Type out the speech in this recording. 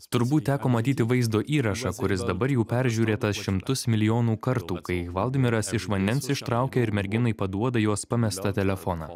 turbūt teko matyti vaizdo įrašą kuris dabar jau peržiūrėtas šimtus milijonų kartų kai hvaldimiras iš vandens ištraukia ir merginai paduoda jos pamestą telefoną